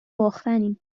باختنیم